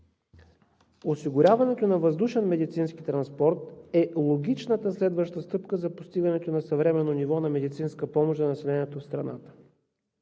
Осигуряването на въздушен медицински транспорт е логичната следваща стъпка за постигането на съвременно ниво на медицинска помощ за населението в страната.